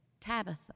Tabitha